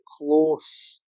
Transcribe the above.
close